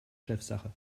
chefsache